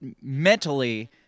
mentally